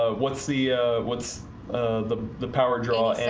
ah what's the what's the the power draw? and